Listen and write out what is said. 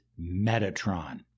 Metatron